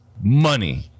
money